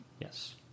Yes